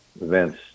events